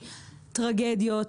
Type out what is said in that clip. טרגדיות,